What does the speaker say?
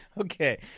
Okay